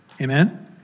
Amen